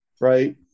right